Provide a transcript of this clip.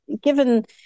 given